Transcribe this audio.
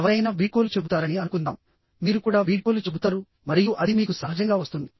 ఎవరైనా వీడ్కోలు చెబుతారని అనుకుందాం మీరు కూడా వీడ్కోలు చెబుతారు మరియు అది మీకు సహజంగా వస్తుంది